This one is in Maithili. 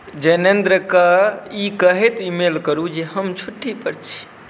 जैनेन्द्र केँ ई कहैत ईमेल करू जे हम छुट्टी पर छी